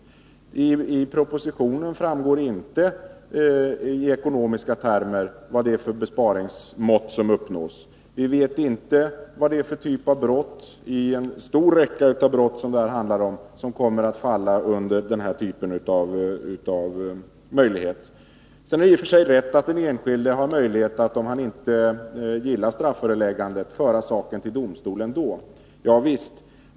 Av propositionen framgår inte i ekonomiska termer vilket besparingsmått som uppnås. Och vi vet inte vilka typer av brott — i en stor räcka av brott, som det handlar om här — som kommer att omfattas av den här möjligheten. Det är i och för sig rätt att den enskilde har möjlighet att, om han inte gillar strafföreläggande, föra saken till domstol.